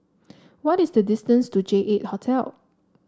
what is the distance to J eight Hotel